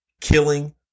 killing